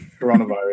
coronavirus